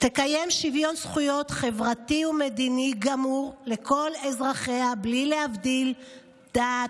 תקיים שוויון זכויות חברתי ומדיני גמור לכל אזרחיה בלי הבדל דת,